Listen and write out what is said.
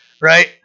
right